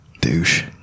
douche